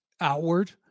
outward